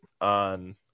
on